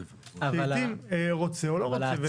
שלעיתים רוצה או לא רוצה.